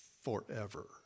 forever